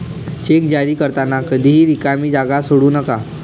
check जारी करताना कधीही रिकामी जागा सोडू नका